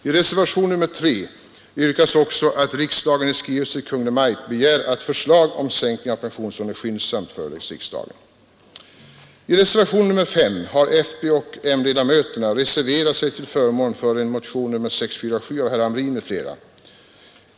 I reservationen V har fpoch m-ledamöterna reserverat sig till förmån för en motion nr 647 av herr Hamrin m.fl.